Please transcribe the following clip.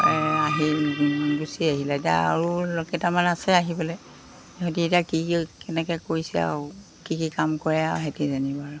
আহি গুচি আহিলে এতিয়া আৰু কেইটামান আছে আহিবলৈ সিহঁতে এতিয়া কি কি কেনেকৈ কৰিছে আৰু কি কি কাম কৰে আৰু সিহঁতেহে জানিব আৰু